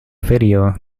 video